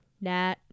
Nat